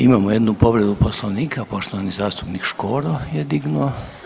Imamo jednu povredu Poslovnika, poštovani zastupnik Škoro je dignuo.